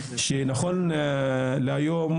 נכון להיום,